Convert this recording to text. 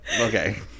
okay